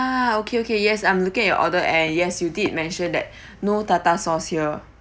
ah okay okay yes I'm looking at your order and yes you did mention that no tartar sauce here